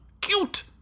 cute